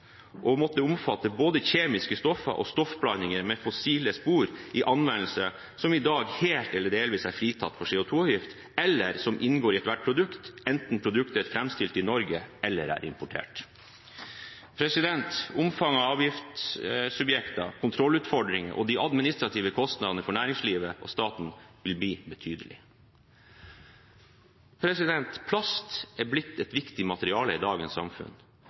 måtte omfatte både kjemiske stoffer og stoffblandinger med fossile spor i anvendelse som i dag helt eller delvis er fritatt for CO 2 -avgift, eller som inngår i ethvert produkt, enten produktet er framstilt i Norge eller er importert. Omfanget av avgiftssubjekter, kontrollutfordringer og de administrative kostnadene for næringslivet og staten vil bli betydelig. Plast er blitt et viktig materiale i dagens samfunn,